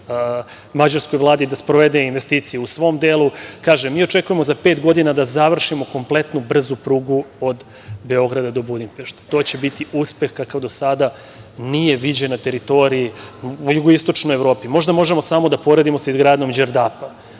mađarskoj Vladi da sprovede investicije u svom delu. Kažem, mi očekukjemo za pet godina da završimo kompletnu brzu prugu od Beograda do Budimpešte. To će biti uspeh kakav do sada nije viđen u jugoistočnoj Evropi. Možda možemo samo da poredimo sa izgradnjom Đerdapa.